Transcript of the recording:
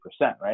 right